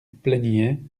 plaignait